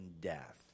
death